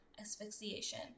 asphyxiation